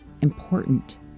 important